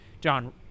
John